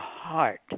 heart